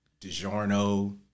DiGiorno